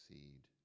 seed